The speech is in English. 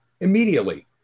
immediately